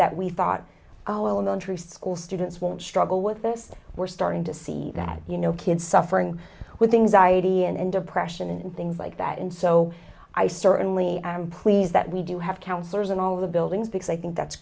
that we thought oh elementary school students won't struggle with this we're starting to see that you know kids suffering with things i e d and depression and things like that and so i certainly am pleased that we do have counselors in all of the buildings because i think that's